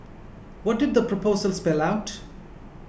what did the proposal spell out